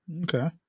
Okay